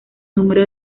número